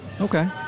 Okay